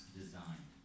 design